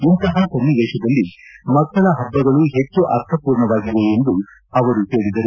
ಇಂತಹ ಸನ್ನವೇಶದಲ್ಲಿ ಮಕ್ಕಳ ಪಬ್ಬಗಳು ಹೆಚ್ಚು ಅರ್ಥ ಮೂರ್ಣವಾಗಿದೆ ಎಂದು ಅವರು ಹೇಳಿದರು